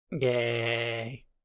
Yay